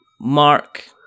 Mark